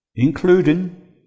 including